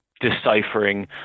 deciphering